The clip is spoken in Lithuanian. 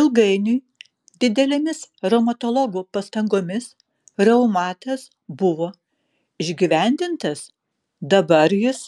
ilgainiui didelėmis reumatologų pastangomis reumatas buvo išgyvendintas dabar jis